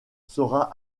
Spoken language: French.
sera